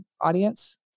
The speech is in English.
audience